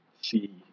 see